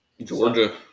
Georgia